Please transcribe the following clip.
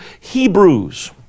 Hebrews